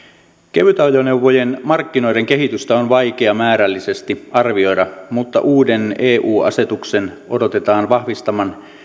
kevytajoneuvojen markkinoiden kehitystä on vaikea määrällisesti arvioida mutta uuden eu asetuksen odotetaan vahvistavan